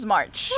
March